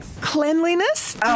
Cleanliness